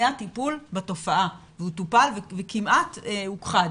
היה טיפול בתופעה והוא טופל וכמעט הוכחד.